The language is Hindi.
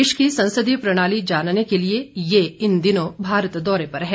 देश की संसदीय प्रणाली जानने के लिए ये इन दिनों भारत दौरे पर है